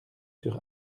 sur